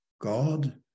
god